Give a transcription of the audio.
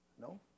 No